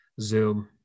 Zoom